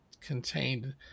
contained